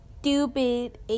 stupid